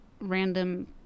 random